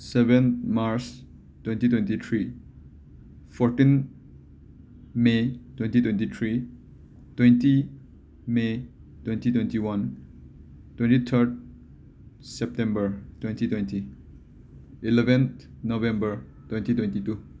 seven March twenty twenty three fourteen may twenty twenty three twenty may twenty twenty one twenty third September twenty twenty eleven November twenty twenty two